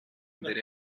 mbere